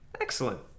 Excellent